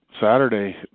Saturday